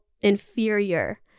inferior